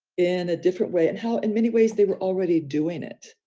in a different way and how in many ways they were already doing it.